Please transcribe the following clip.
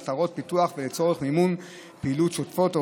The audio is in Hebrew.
ולצורך מימון פעילות שוטפת,